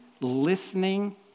listening